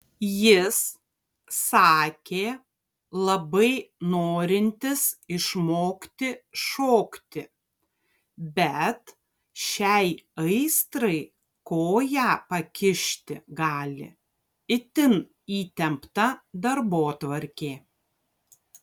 jis sakė labai norintis išmokti šokti bet šiai aistrai koją pakišti gali itin įtempta darbotvarkė